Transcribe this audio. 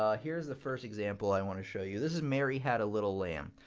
um here's the first example i want to show you. this is mary had a little lamb.